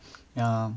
yeah